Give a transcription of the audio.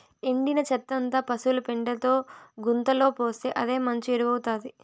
ఎండిన చెత్తంతా పశుల పెండతో గుంతలో పోస్తే అదే మంచి ఎరువౌతాది